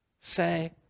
say